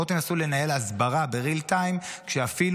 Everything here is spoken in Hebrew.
בואו תנסו לנהל ההסברה ב-real time כשאפילו